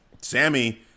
Sammy